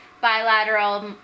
bilateral